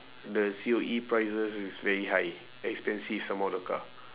the C_O_E prices is very high expensive some more the car